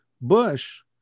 Bush